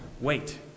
wait